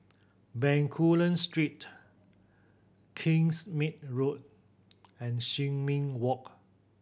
Bencoolen Street Kingsmead Road and Sin Ming Walk